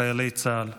חיילי צה"ל.